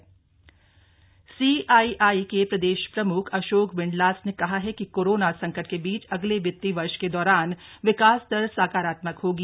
विकास दर सीआईआई के प्रदेश प्रमुख अशोक विंडलास ने कहा है कि कोरोना संकट के बीच अगले वित्तीय वर्ष के दौरान विकास दर सकारात्मक होगी